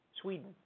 Sweden